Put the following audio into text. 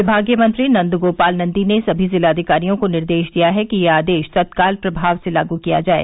विभागीय मंत्री नन्द गोपाल नंदी ने सभी जिलाधिकारियों को निर्देश दिया है कि यह आदेश तत्काल प्रभाव से लागू किया जाये